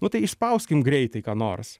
nu tai išspauskim greitai ką nors